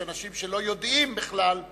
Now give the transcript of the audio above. יש אנשים שלא יודעים בכלל,